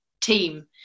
team